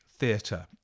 Theatre